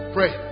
Pray